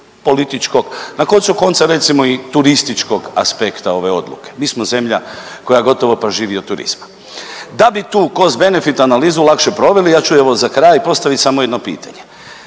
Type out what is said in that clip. političkog, na koncu konca recimo i turističkog aspekta ove odluke, mi smo zemlja koja gotovo pa živi od turizma. Da bi tu cost-benefit analizu lakše proveli ja ću evo za kraj postavit samo jedno pitanje.